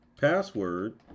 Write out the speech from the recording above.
password